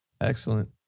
Excellent